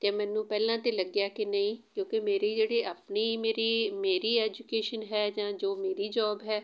ਅਤੇ ਮੈਨੂੰ ਪਹਿਲਾਂ ਤਾਂ ਲੱਗਿਆ ਕਿ ਨਹੀਂ ਕਿਉਂਕਿ ਮੇਰੀ ਜਿਹੜੀ ਆਪਣੀ ਮੇਰੀ ਮੇਰੀ ਐਜੂਕੇਸ਼ਨ ਹੈ ਜਾਂ ਜੋ ਮੇਰੀ ਜੋਬ ਹੈ